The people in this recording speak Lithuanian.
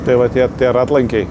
tai va tie tie ratlankiai